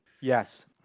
Yes